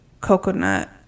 coconut